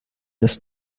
das